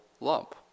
lump